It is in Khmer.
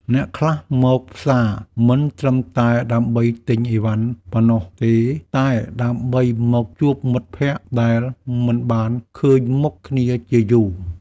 អ្នកខ្លះមកផ្សារមិនត្រឹមតែដើម្បីទិញឥវ៉ាន់ប៉ុណ្ណោះទេតែដើម្បីមកជួបមិត្តភក្តិដែលមិនបានឃើញមុខគ្នាជាយូរ។